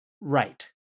right